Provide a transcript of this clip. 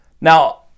Now